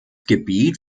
gebiet